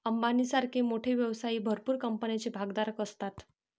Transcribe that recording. अंबानी सारखे मोठे व्यवसायी भरपूर कंपन्यांचे भागधारक असतात